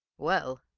well,